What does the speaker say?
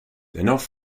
dennoch